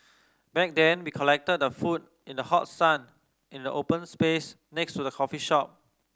back then we collected the food in the hot sun in the open space next to the coffee shop